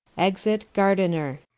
exit gardiner.